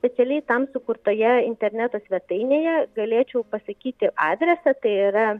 specialiai tam sukurtoje interneto svetainėje galėčiau pasakyti adresą tai yra